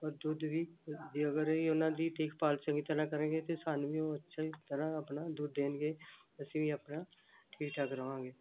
ਔਰ ਦੁੱਧ ਵੀ ਜੇ ਅਗਰ ਇਹ ਉਹਨਾਂ ਦੀ ਦੇਖਭਾਲ ਚੰਗੀ ਤਰ੍ਹਾਂ ਕਰਾਂਗੇ ਤਾਂ ਸਾਨੂੰ ਵੀ ਉਹ ਅੱਛੀ ਤਰ੍ਹਾਂ ਆਪਣਾ ਦੁੱਧ ਦੇਣਗੇ ਅਸੀਂ ਵੀ ਆਪਣਾ ਠੀਕ ਠਾਕ ਰਹਾਂਗੇ